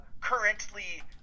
currently